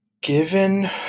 Given